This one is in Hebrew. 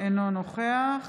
אינו נוכח